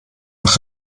nach